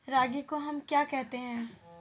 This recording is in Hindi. रागी को हम क्या कहते हैं?